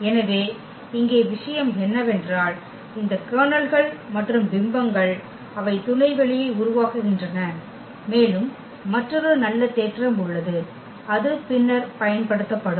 எனவே இங்கே விஷயம் என்னவென்றால் இந்த கர்னல்கள் மற்றும் பிம்பங்கள் அவை துணைவெளியை உருவாக்குகின்றன மேலும் மற்றொரு நல்ல தேற்றம் உள்ளது அது பின்னர் பயன்படுத்தப்படும்